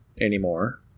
anymore